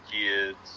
kids